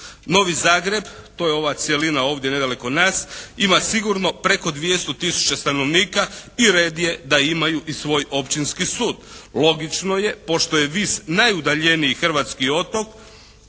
Novi Zagreb, to je ova cjelina ovdje nedaleko od nas ima sigurno preko 200 tisuća stanovnika i red je da imaju i svoj općinski sud. Logično je pošto je Vis najudaljeniji hrvatski otok,